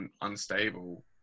unstable